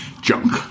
junk